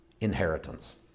inheritance